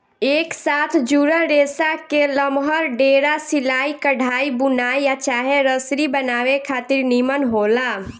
एक साथ जुड़ल रेसा के लमहर डोरा सिलाई, कढ़ाई, बुनाई आ चाहे रसरी बनावे खातिर निमन होला